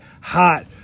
hot